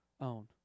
own